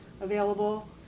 available